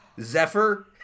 Zephyr